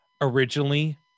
Originally